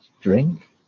drink